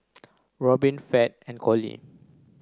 Robbin Fed and Collie